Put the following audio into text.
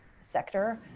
sector